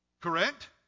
Correct